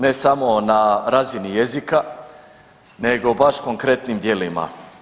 Ne samo na razini jezika, nego baš konkretnim djelima.